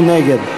מי נגד?